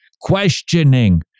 questioning